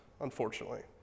unfortunately